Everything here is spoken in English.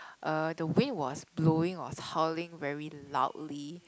uh the wind was blowing was howling very loudly